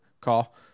call